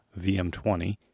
VM20